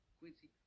quincy